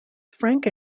frank